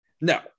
no